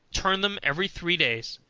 turn them every three days,